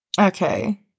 okay